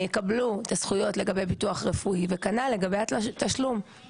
זכויות לגבי ביטוח רפואי וכנ"ל לגבי התשלום.